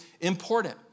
important